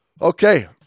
Okay